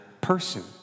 person